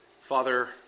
Father